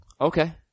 Okay